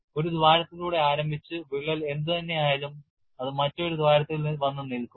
ഒരു ദ്വാരത്തിലൂടെ ആരംഭിച്ച വിള്ളൽ എന്തുതന്നെയായാലും അത് മറ്റൊരു ദ്വാരത്തിൽ വന്ന് നിൽക്കും